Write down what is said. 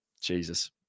Jesus